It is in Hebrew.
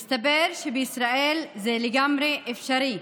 מסתבר שבישראל זה לגמרי אפשרי.